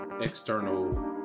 external